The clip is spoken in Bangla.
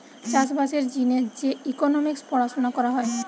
চাষ বাসের জিনে যে ইকোনোমিক্স পড়াশুনা করা হয়